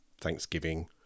Thanksgiving